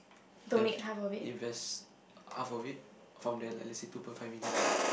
left invest half of it from there let let's say two point five million right